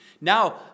Now